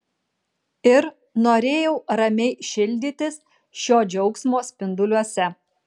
ir norėjau ramiai šildytis šio džiaugsmo spinduliuose